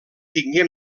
tingué